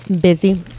Busy